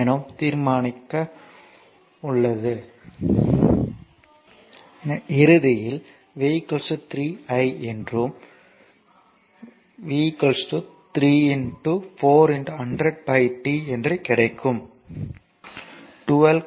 எனவே தீர்வு எளிமையானது V 3 I எனவே 3 4 100 pi t ஆகும்